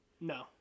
No